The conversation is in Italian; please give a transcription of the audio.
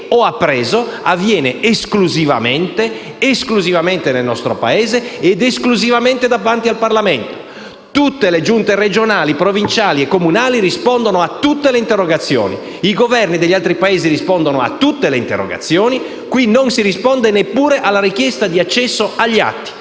e che - ho appreso - avviene esclusivamente nel nostro Paese ed esclusivamente davanti al Parlamento. Tutte le Giunte regionali, provinciali e comunali rispondono a tutte le interrogazioni. I Governi degli altri Paesi rispondono a tutte le interrogazioni. Qui non si risponde neppure ad una richiesta di accesso agli atti.